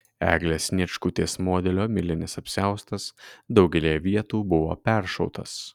eglės sniečkutės modelio milinis apsiaustas daugelyje vietų buvo peršautas